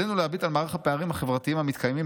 "עלינו להביט על מערך הפערים החברתיים המתקיימים